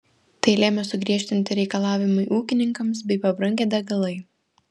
tai lėmė sugriežtinti reikalavimai ūkininkams bei pabrangę degalai